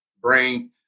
brain